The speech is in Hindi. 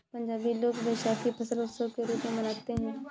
पंजाबी लोग वैशाखी फसल उत्सव के रूप में मनाते हैं